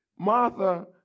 Martha